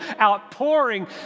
outpouring